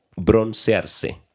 broncearse